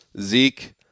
Zeke